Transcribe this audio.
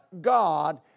God